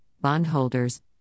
bondholders